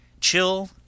Chill